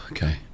Okay